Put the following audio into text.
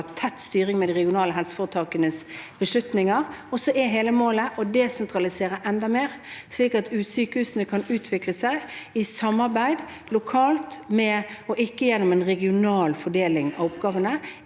ha tett styring av de regionale helseforetakenes beslutninger. Så er hele målet å desentralisere enda mer, slik at sykehusene kan utvikles i samarbeid lokalt og ikke gjennom en regional fordeling av oppgavene